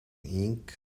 ink